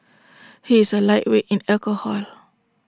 he is A lightweight in alcohol